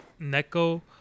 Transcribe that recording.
Neko